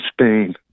Spain